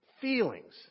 feelings